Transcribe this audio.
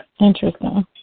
Interesting